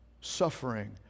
suffering